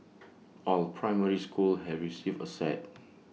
all primary schools have received A set